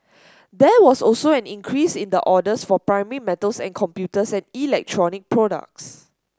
there was also an increase in orders for primary metals and computers and electronic products